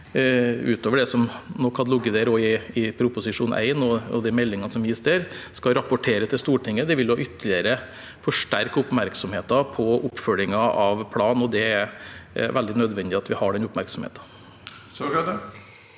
utover det som nok også vil ligge i Prop. 1 S og de meldingene som gis der – årlig skal rapportere til Stortinget. Det vil ytterligere forsterke oppmerksomheten om oppfølgingen av planen, og det er veldig nødvendig at vi har den oppmerksomheten.